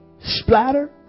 splatter